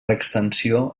extensió